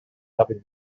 having